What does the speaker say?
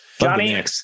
Johnny